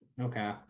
okay